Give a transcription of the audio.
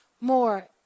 more